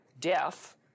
death